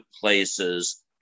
places